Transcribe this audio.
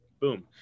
boom